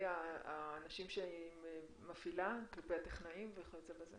האנשים שהיא מפעילה, הטכנאים וכיו"ב?